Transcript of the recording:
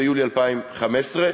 ביולי 2015,